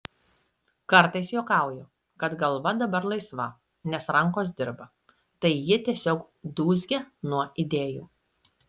kartais juokauju kad galva dabar laisva nes rankos dirba tai ji tiesiog dūzgia nuo idėjų